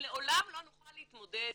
לעולם לא נוכל להתמודד,